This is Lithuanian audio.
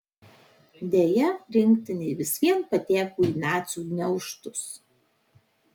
deja rinktinė vis vien pateko į nacių gniaužtus